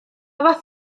fath